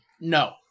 no